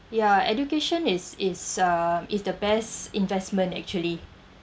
ya education is is uh it's the best investment actually